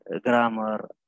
grammar